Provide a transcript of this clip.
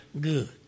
good